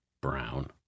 Brown